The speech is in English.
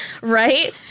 Right